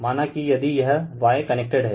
माना कि यदि यह Y कनेक्टेड हैं